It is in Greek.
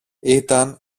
ήταν